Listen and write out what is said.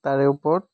তাৰে ওপৰত